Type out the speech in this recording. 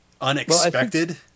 unexpected